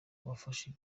bafashe